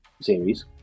series